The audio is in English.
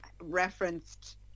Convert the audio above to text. referenced